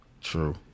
True